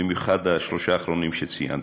במיוחד השלושה האחרונים שציינתי.